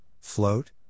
float